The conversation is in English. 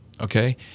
okay